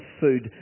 food